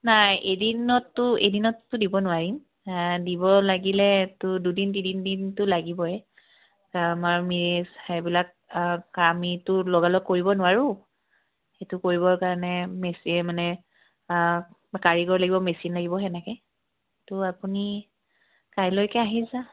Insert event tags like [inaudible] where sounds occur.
নাই এদিনততো এদিনততো দিব নোৱাৰিম দিব লাগিলেতো দুদিন তিনিদিন দিনটো লাগিবই আমাৰ [unintelligible] সেইবিলাক আমিটো লগ লগ কৰিব নোৱাৰোঁ সেইটো কৰিবৰ কাৰণে [unintelligible] মানে কাৰিকৰ লাগিব মেচিন লাগিব সেনেকৈ তো আপুনি কাইলৈকে আহি যাওক